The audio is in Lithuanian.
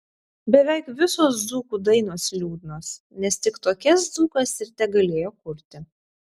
beveik visos dzūkų dainos liūdnos nes tik tokias dzūkas ir tegalėjo kurti